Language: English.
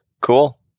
Cool